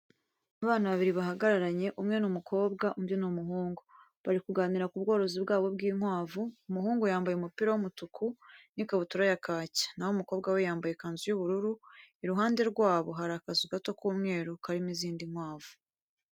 Abana babiri bahagararanye, umwe ni umukobwa, undi ni umuhungu. Bari kuganira ku bworozi bwabo bw'inkwavu. Umuhungu yambaye umupira w'umutuku n'ikabutura ya kake, na ho umukobwa we yambaye ikanzu y'ubururu. Iruhande rwabo hari akazu gato k'umweru karimo izindi nkwavu.